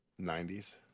90s